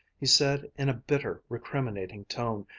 he said in a bitter, recriminating tone,